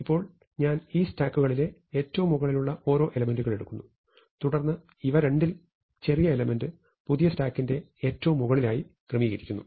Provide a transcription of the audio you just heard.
ഇപ്പോൾ ഞാൻ ഈ സ്റ്റാക്കുകളിലെ ഏറ്റവും മുകളിലുള്ള ഓരോ എലെമെന്റുകൾ എടുക്കുന്നു തുടർന്ന് ഇവ രണ്ടിൽ ചെറിയ എലെമെന്റ് പുതിയ സ്റ്റാക്കിന്റെ ഏറ്റവും മുകളിൽ ആയി ക്രമീകരിക്കുന്നു